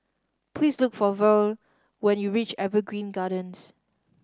please look for Verle when you reach Evergreen Gardens